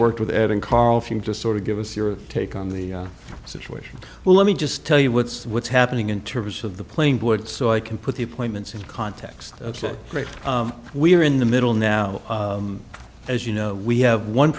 worked with ed and carl from just sort of give us your take on the situation well let me just tell you what's what's happening in terms of the playing board so i can put the appointments in context great we're in the middle now as you know we have one